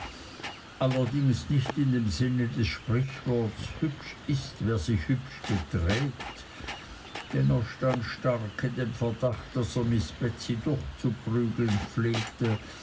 allerdings nicht in dem sinn des sprichworts hübsch ist wer sich hübsch beträgt denn er stand stark in dem verdacht daß er miß betsey durchzuprügeln pflegte